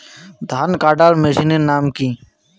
ধান কাটার মেশিনের নাম কি?